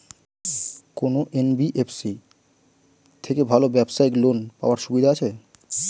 কোন এন.বি.এফ.সি থেকে ভালো ব্যবসায়িক লোন পাওয়ার সুবিধা আছে?